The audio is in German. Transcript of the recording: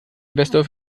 investor